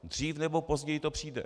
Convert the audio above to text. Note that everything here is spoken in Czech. Dřív nebo později to přijde.